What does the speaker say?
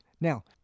Now